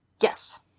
Yes